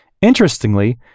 Interestingly